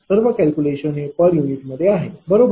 सर्व कॅल्क्युलेशन हे पर युनिटमध्ये आहेत बरोबर